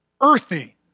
earthy